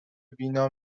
وینا